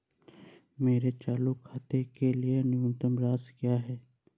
मेरे चालू खाते के लिए न्यूनतम शेष राशि क्या है?